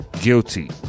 guilty